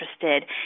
interested